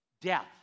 Death